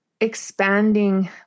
expanding